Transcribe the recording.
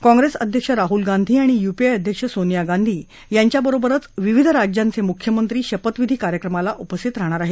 काँग्रेस अध्यक्ष राह्ल गांधी आणि युपीए अध्यक्ष सोनिया गांधी यांच्याबरोबरच विविध राज्यांचे मुख्यमंत्री शपथविधी कार्यक्रमाला उपस्थित राहणार आहेत